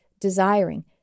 desiring